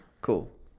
Cool